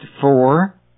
four